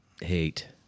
Hate